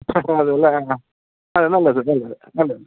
ആ ആ അതെ അല്ലേ ആ അതെ നല്ലത് നല്ലത് നല്ലത്